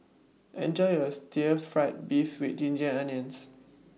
Enjoy your Stir Fried Beef with Ginger Onions